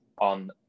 on